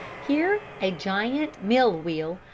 here a giant mill-wheel,